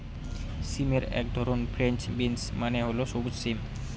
সিমের এক ধরন ফ্রেঞ্চ বিনস মানে হল সবুজ সিম